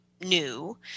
new